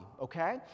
okay